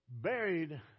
Buried